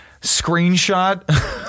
screenshot